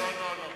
לא לא לא,